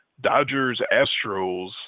Dodgers-Astros